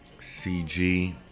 CG